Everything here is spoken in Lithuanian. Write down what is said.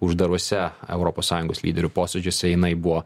uždaruose europos sąjungos lyderių posėdžiuose jinai buvo